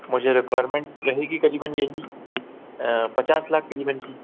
मुझे रिक्वायरमेंट रहेगी करीबन यही पचास लाख करीबन की